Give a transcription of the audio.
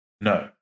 No